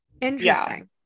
interesting